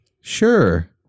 sure